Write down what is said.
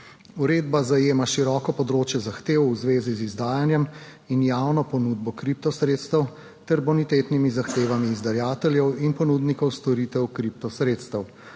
Uredba zajema široko področje zahtev v zvezi z izdajanjem in javno ponudbo kriptosredstev ter bonitetnimi zahtevami izdajateljev in ponudnikov storitev kriptosredstev.